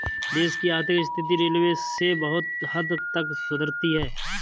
देश की आर्थिक स्थिति रेलवे से बहुत हद तक सुधरती है